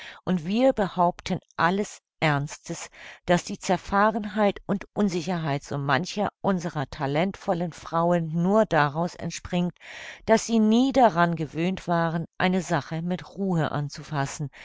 und wir behaupten alles ernstes daß die zerfahrenheit und unsicherheit so mancher unserer talentvollen frauen nur daraus entspringt daß sie nie daran gewöhnt waren eine sache mit ruhe anzufassen